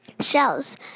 shells